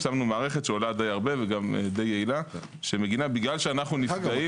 שמנו מערכת שעולה די הרבה ודי יעילה שמגנה כי אנו נפגעים.